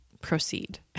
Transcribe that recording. proceed